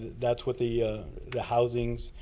that's what the the housings.